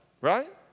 right